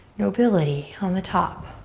nobility on the top.